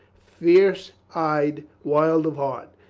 fierce eyed, wild of heart.